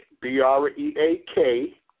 B-R-E-A-K